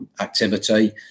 activity